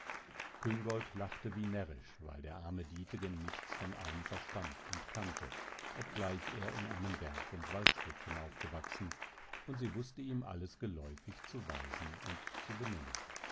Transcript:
küngolt lachte wie närrisch weil der arme dietegen nichts von allem verstand und kannte obgleich er in einem berg und waldstädtchen aufgewachsen und sie wußte ihm alles geläufig zu weisen und zu benennen